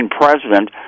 president